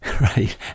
right